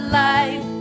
life